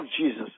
Jesus